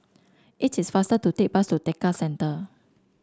it is faster to take bus to Tekka Centre